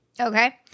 Okay